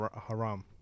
Haram